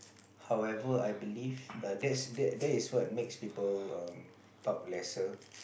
however I believe err that's that is what make people um talk lesser